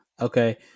Okay